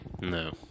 No